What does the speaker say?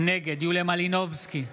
נגד יוליה מלינובסקי,